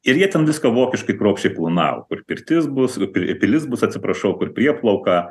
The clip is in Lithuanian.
ir jie ten viską vokiškai kruopščiai planavo kur pirtis bus pi pilis bus atsiprašau kur prieplauka